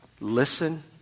Listen